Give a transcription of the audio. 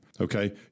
Okay